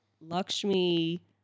Lakshmi